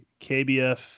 kbf